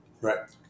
Right